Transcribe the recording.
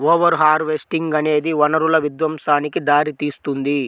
over harvesting అనేది వనరుల విధ్వంసానికి దారితీస్తుంది